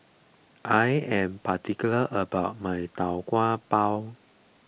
I am particular about my Tau Kwa Pau